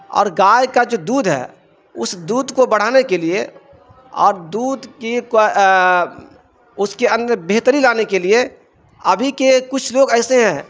اور گائے کا جو دودھ ہے اس دودھ کو بڑھانے کے لیے اور دودھ کی اس کے اندر بہتری لانے کے لیے ابھی کے کچھ لوگ ایسے ہیں